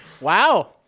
Wow